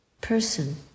person